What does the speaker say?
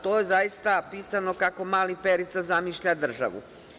To je zaista pisano kako mali Perica zamišlja državu.